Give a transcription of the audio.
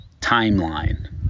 timeline